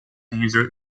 user